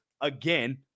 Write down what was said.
again